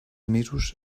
mesos